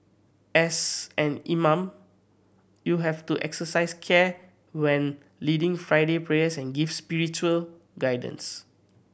as an imam you have to exercise care when leading Friday prayers and give spiritual guidance